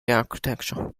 architecture